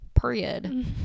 Period